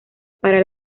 para